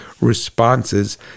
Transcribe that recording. responses